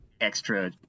extra